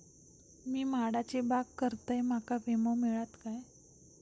मी माडाची बाग करतंय माका विमो मिळात काय?